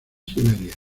siberia